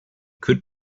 could